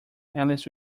alice